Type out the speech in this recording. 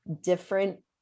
different